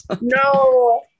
No